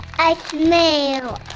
i smell.